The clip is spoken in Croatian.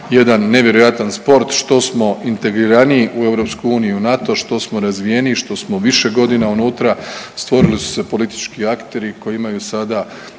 jedan nevjerojatan sport, što smo integriraniji u EU i NATO, što smo razvijeniji, što smo više godina unutra stvorili su se politički akteri koji imaju sada